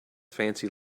fancy